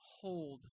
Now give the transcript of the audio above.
hold